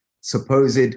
supposed